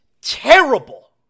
terrible